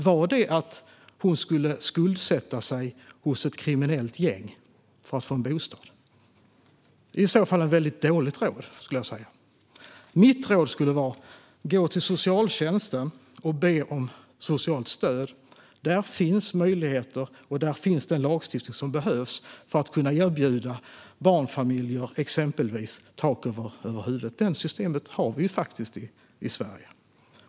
Var det att hon skulle skuldsätta sig hos ett kriminellt gäng för att få en bostad? Det är i så fall ett väldigt dåligt råd. Mitt råd skulle vara: Gå till socialtjänsten och be om socialt stöd! Där finns möjligheter, och där finns den lagstiftning som behövs för att kunna erbjuda exempelvis barnfamiljer tak över huvudet. Det systemet har vi faktiskt i Sverige.